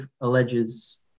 alleges